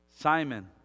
Simon